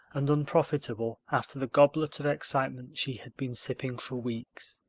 and unprofitable after the goblet of excitement she had been sipping for weeks.